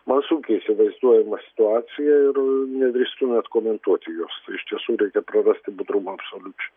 man sunkiai įsivaizduojama situacija ir nedrįstu net komentuoti jos iš tiesų reikia prarasti budrumą absoliučiai